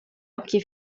occhi